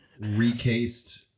recased